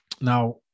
Now